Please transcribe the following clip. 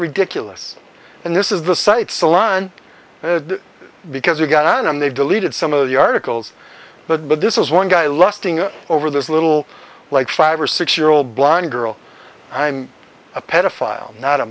ridiculous and this is the site salon because you got on and they deleted some of the articles but but this is one guy lusting over this little like five or six year old blonde girl i'm a pedophile not a